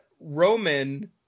Roman